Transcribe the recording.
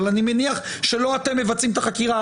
אבל מניח שלא אתם מבצעים את החקירה,